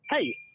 Hey